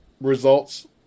results